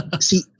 see